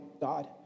God